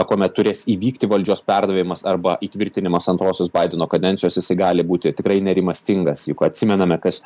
kuomet turės įvykti valdžios perdavimas arba tvirtinimas antrosios baideno kadencijos jisai gali būti tikrai nerimastingas juk atsimename kas